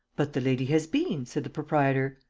but the lady has been, said the proprietor.